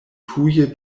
tuje